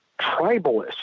tribalist